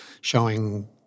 showing